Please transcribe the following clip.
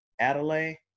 Adelaide